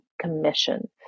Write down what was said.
Commission